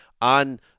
on